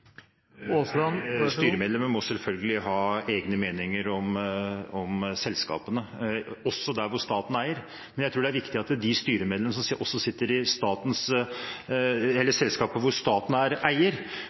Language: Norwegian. Styremedlemmer må selvfølgelig ha egne meninger om selskapene, også der hvor staten er eier. Men jeg tror det er viktig at de styremedlemmene som sitter i selskaper hvor staten er eier, også